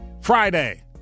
Friday